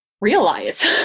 realize